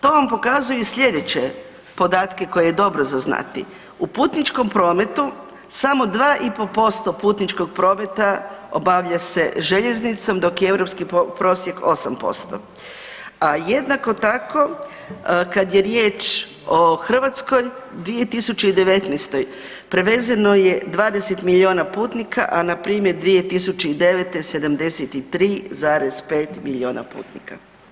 To vam pokazuje sljedeće podatke koje je dobro za znati, u putničkom prometu samo 2,5% putničkog prometa obavlja se željeznicom dok je europski prosjek 8%, a jednako tako kada je riječ o Hrvatskoj 2019. prevezeno je 20 milijuna putnika, a npr. 2009. 73,5 milijuna putnika.